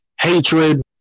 hatred